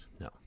No